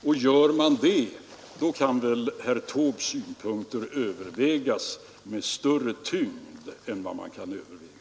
Och gör man det, kan man väl överväga herr Taubes synpunkter med större tyngd än i dag.